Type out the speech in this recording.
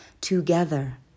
together